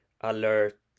alert